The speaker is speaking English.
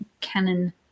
canon